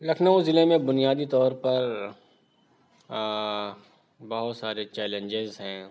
لکھنؤ ضلع میں بنیادی طور پر بہت سارے چیلنجز ہیں